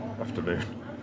afternoon